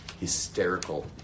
hysterical